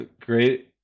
great